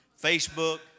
Facebook